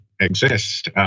exist